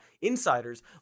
insiders